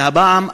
והפעם,